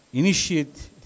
initiate